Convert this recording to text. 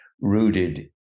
rooted